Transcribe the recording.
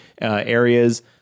areas